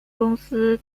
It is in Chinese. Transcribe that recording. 公司